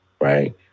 right